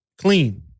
clean